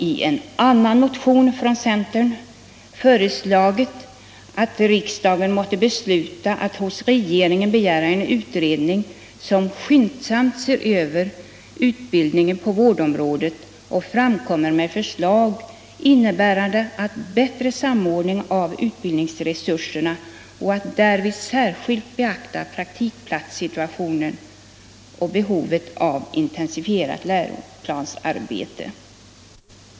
I en annan motion har vi hemställt att riksdagen måtte hos regeringen begära en utredning, vilken skyndsamt ser över utbildningen på vårdområdet och framkommer med förslag, innebärande en bättre samordning av utbildningsresurserna, varvid särskilt beaktas praktikplatssituationen och behovet av ett intensifierat läroplansarbete.